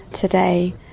today